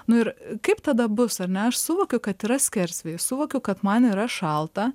nu ir kaip tada bus ane aš suvokiu kad yra skersvėjis suvokiu kad man yra šalta